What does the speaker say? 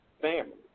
family